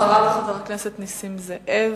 אחריו, חבר הכנסת נסים זאב.